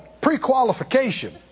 pre-qualification